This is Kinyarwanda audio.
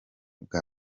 bwa